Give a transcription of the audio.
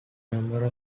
numbers